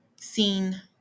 seen